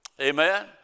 Amen